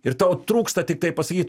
ir tau trūksta tiktai pasakyt